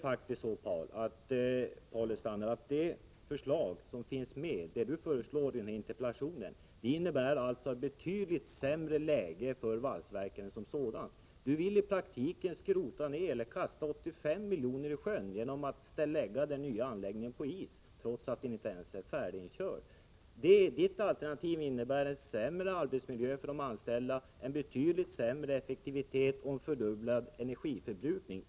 Men den lösning som Paul Lestander föreslår i interpellationen innebär faktiskt ett betydligt sämre läge för valsverket som sådant. Paul Lestander vill i praktiken kasta 85 miljoner i sjön genom att lägga den nya anläggningen på is, trots att den inte ens är färdiginkörd. Det konkreta investeringsalternativ som Paul Lestander föreslår innebär en sämre arbetsmiljö för de anställda, en betydligt lägre effektivitet och en fördubblad energiförbrukning.